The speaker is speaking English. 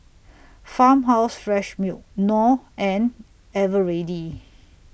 Farmhouse Fresh Milk Knorr and Eveready